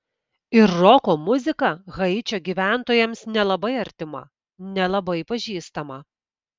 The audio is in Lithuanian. ir roko muzika haičio gyventojams nelabai artima nelabai pažįstama